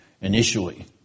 initially